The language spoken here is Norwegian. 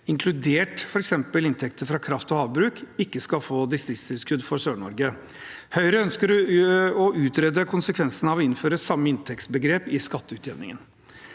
inkludert f.eks. inntekter fra kraft og havbruk, ikke skal få distriktstilskudd for Sør-Norge. Høyre ønsker å utrede konsekvensen av å innføre samme inntektsbegrep i skatteutjevningen.